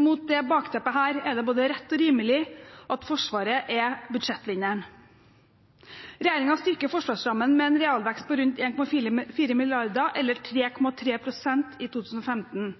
Mot dette bakteppet er det både rett og rimelig at Forsvaret er budsjettvinneren. Regjeringen styrker forsvarsrammen med en realvekst på rundt 1,4 mrd. kr, eller 3,3 pst., i 2015.